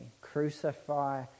Crucify